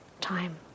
time